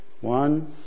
One